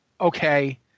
okay